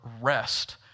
rest